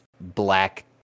black